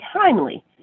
timely